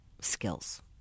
skills